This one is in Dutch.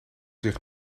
zich